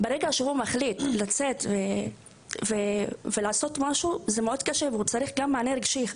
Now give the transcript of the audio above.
אחרים ולכן הוא צריך גם מענה רגשי.